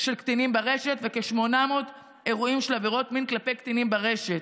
של קטינים ברשת וכ-800 אירועים של עבירות מין כלפי קטינים ברשת.